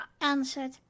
answered